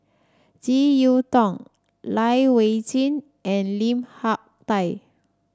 JeK Yeun Thong Lai Weijie and Lim Hak Tai